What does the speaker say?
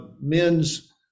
Men's